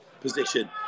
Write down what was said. position